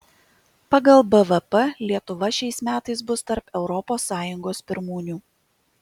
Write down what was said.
pagal bvp lietuva šiais metais bus tarp europos sąjungos pirmūnių